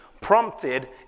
prompted